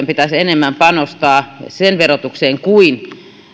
pitäisi enemmän panostaa kuin